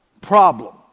problem